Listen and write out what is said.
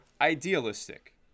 idealistic